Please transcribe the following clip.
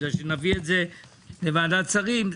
בגלל שנביא את זה לוועדת שרים.